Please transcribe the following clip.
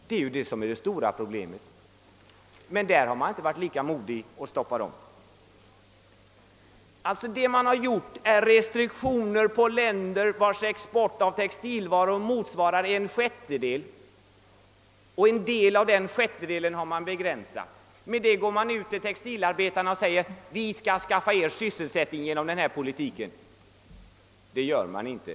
Detta är det stora problemet men därvidlag har man inte varit lika modig att stoppa. Man har gjort restriktioner när det gäller länder, vilkas export av textilvaror motsvarar en sjättedel av vår import. En del av denna sjättedel vill man begränsa. Till textilarbetarna säger man: Vi skall skaffa er sysselsättning genom den här politiken. Det kan man inte.